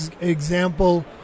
example